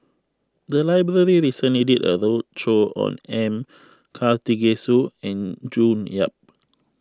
the library recently did a roadshow on M Karthigesu and June Yap